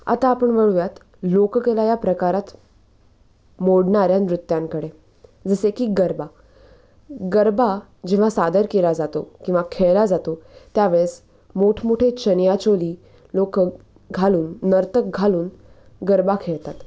आता आपण वळूयात लोककला या प्रकारात मोडणाऱ्या नृत्यांकडे जसे की गरबा गरबा जेव्हा सादर केला जातो किंवा खेळला जातो त्यावेळेस मोठमोठे चनिया चोली लोक घालून नर्तक घालून गरबा खेळतात